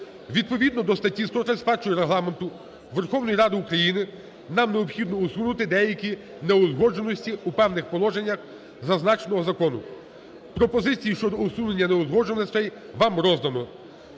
Відповідно до статті 131 Регламенту Верховної Ради України нам необхідно усунути деякі неузгодженості у певних положеннях зазначеного закону. Пропозиції щодо усунення неузгодженостей вам роздано,